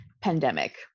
Pandemic